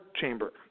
chamber